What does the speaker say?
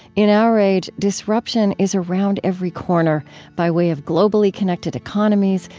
in our age, disruption is around every corner by way of globally connected economies,